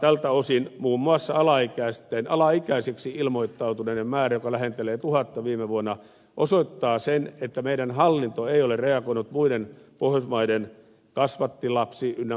tältä osin muun muassa alaikäiseksi ilmoittautuneiden määrä joka lähenteli tuhatta viime vuonna osoittaa sen että meidän hallintomme ei ole reagoinut muiden pohjoismaiden kasvattilapsi ynnä muuta